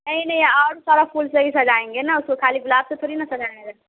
नहीं नहीं और सारा फूल से ही साइजएँगे ना उसको खाली गुलाब से थोड़ी ना सजाया जाए